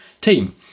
team